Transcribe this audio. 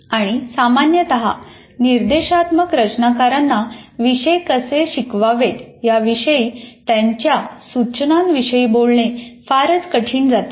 आणि सामान्यत निर्देशात्मक रचनाकारांना विषय कसे शिकवावेत याविषयी त्यांच्या सूचनांविषयी बोलणे फारच कठिण जाते